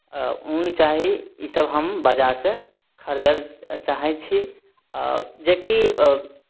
ऊन चाही इसभ हम बाजारसँ खरिदय लए चाहै छी जे कि